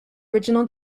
original